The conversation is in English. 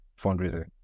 fundraising